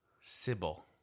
Sybil